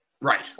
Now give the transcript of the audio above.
Right